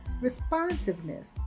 responsiveness